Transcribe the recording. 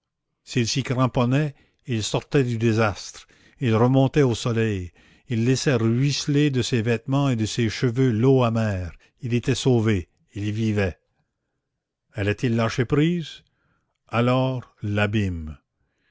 s'y cramponnait il sortait du désastre il remontait au soleil il laissait ruisseler de ses vêtements et de ses cheveux l'eau amère il était sauvé il vivait allait-il lâcher prise alors l'abîme